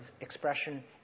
expression